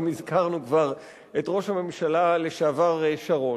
אם הזכרנו כבר את ראש הממשלה לשעבר שרון,